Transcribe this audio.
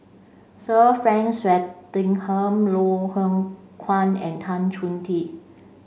Sir Frank Swettenham Loh Hoong Kwan and Tan Chong Tee